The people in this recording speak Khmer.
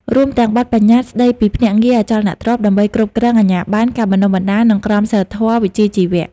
រួមទាំងបទប្បញ្ញត្តិស្តីពីភ្នាក់ងារអចលនទ្រព្យ ដើម្បីគ្រប់គ្រងអាជ្ញាបណ្ណ ការបណ្តុះបណ្តាល និងក្រមសីលធម៌វិជ្ជាជីវៈ។